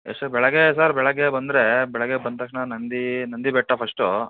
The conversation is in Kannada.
ಬೆಳಗ್ಗೆ ಸರ್ ಬೆಳಗ್ಗೆ ಬಂದ್ರೆ ಬೆಳಗ್ಗೆ ಬಂದ ತಕ್ಷಣ ನಂದಿ ನಂದಿ ಬೆಟ್ಟ ಫಸ್ಟು